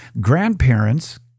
Grandparents